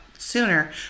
sooner